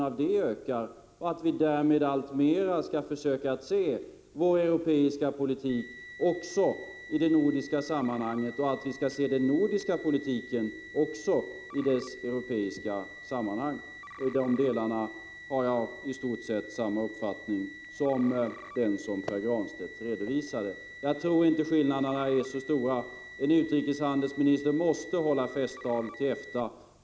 Därmed bör vi alltmer försöka se vår europeiska politik också i dess nordiska sammanhang och se den nordiska politiken även i dess europeiska sammanhang. Härvidlag har jag i stort sett samma uppfattning som Pär Granstedt redovisade. Jag tror inte att skillnaderna är så stora. En utrikeshandelsminister måste hålla festtal till EFTA.